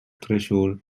threshold